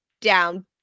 down